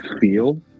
feel